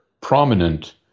prominent